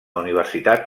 universitat